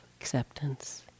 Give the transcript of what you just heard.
acceptance